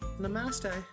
Namaste